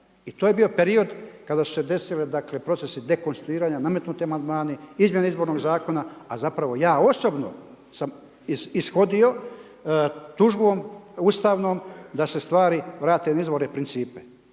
I to je bio period kada su se desile procesi dekonstituiranja, nametnuti amandmani, izmjene izbornog zakona, a zapravo ja osobno sam ishodio tužbom Ustavnom da se stvari vrate na izvorne principe.